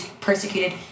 persecuted